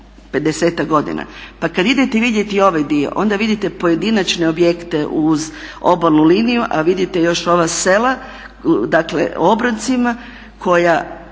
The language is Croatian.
50-ak godina. Pa kad idete vidjeti ovaj dio onda vidite pojedinačne objekte uz obalnu liniju, a vidite još i ova sela, dakle obronke, koji